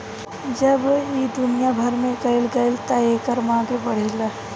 जब ई दुनिया भर में फइल गईल त एकर मांग बढ़े लागल